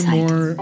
more